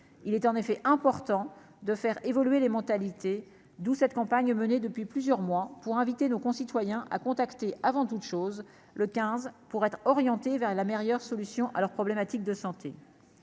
il est en effet important de faire évoluer les mentalités, d'où cette campagne menée depuis plusieurs mois pour inviter nos concitoyens, a contacté avant toute chose le 15 pour être orienté vers la meilleure solution à leur problématiques de santé